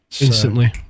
Instantly